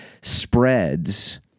spreads